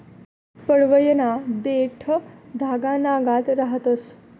पडवयना देठं धागानागत रहातंस